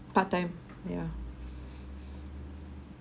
part time ya